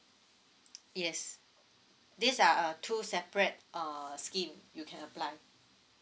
yes these are uh two separate uh scheme you can apply